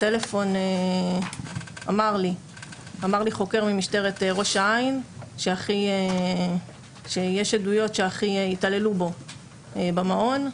בטלפון אמר לי חוקר ממשטרת ראש העין שיש עדויות שהתעללו באחי במעון.